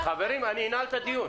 --- חברים, אני אנעל את הדיון.